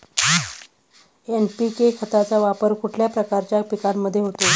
NPK खताचा वापर कुठल्या प्रकारच्या पिकांमध्ये होतो?